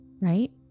right